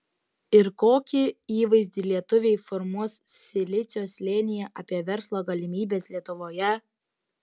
ir kokį įvaizdį lietuviai formuos silicio slėnyje apie verslo galimybes lietuvoje